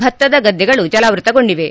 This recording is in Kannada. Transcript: ಭತ್ತದ ಗದ್ದೆಗಳು ಜಲಾವೃತಗೊಂಡಿವೆ